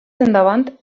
endavant